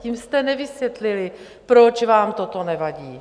Tím jste nevysvětlili, proč vám toto nevadí.